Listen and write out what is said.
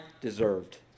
deserved